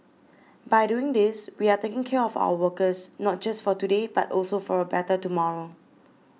by doing these we are taking care of our workers not just for today but also for a better tomorrow